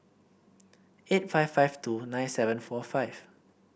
eight five five two nine seven four five